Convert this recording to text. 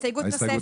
הצבעה